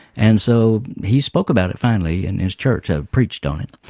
and so he spoke about it finally in his church, ah preached on it,